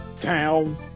town